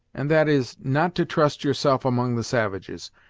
and that is, not to trust yourself among the savages,